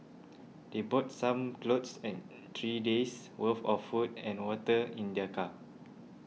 they brought some clothes and three days' worth of food and water in their car